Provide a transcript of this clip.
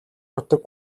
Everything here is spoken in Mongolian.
нутаг